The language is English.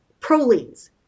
prolines